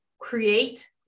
create